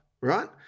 right